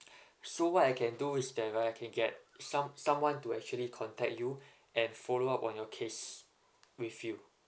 so what I can do is that right I can get some someone to actually contact you and follow up on your case with you